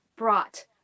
brought